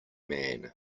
man